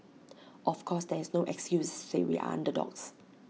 of course there is no excuses to say we are underdogs